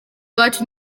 iwacu